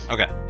Okay